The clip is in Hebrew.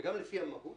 וגם לפי המהות